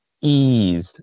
Ease